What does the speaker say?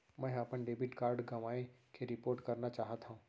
मै हा अपन डेबिट कार्ड गवाएं के रिपोर्ट करना चाहत हव